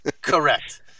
Correct